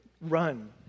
run